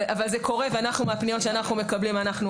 אבל זה קורה, מהפניות שאנחנו מקבלים.